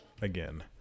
again